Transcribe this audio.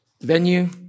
Venue